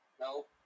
No